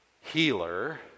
healer